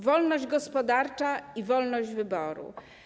Wolność gospodarcza i wolność wyboru.